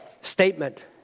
Statement